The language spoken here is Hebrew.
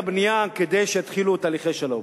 את הבנייה כדי שיתחילו תהליכי שלום.